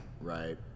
right